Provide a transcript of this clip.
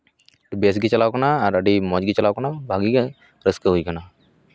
ᱵᱮᱥ ᱜᱮ ᱪᱟᱞᱟᱣ ᱠᱟᱱᱟ ᱟᱨ ᱟᱹᱰᱤ ᱢᱚᱡᱽ ᱜᱮ ᱪᱟᱞᱟᱣ ᱠᱟᱱᱟ ᱵᱷᱟᱹᱜᱤ ᱜᱮ ᱨᱟᱹᱥᱠᱟᱹ ᱦᱩᱭ ᱠᱟᱱᱟ